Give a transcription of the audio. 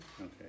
Okay